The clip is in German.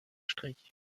strich